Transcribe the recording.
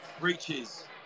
reaches